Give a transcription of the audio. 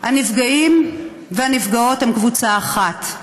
הנפגעים והנפגעות הם קבוצה אחת.